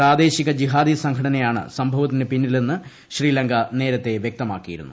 പ്രാദേശിക ജിഹാദി സംഘടനയാണ് സംഭവത്തിന് പിന്നിലെന്ന് ശ്രീലങ്ക നേരത്തേ വ്യക്തമാക്കിയിരുന്നു